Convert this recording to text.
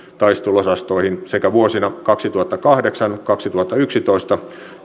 taisteluosastoihin sekä vuosina kaksituhattakahdeksan kaksituhattayksitoista